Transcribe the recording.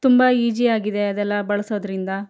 ತುಂಬ ಈಜಿಯಾಗಿದೆ ಅದೆಲ್ಲ ಬಳಸೋದರಿಂದ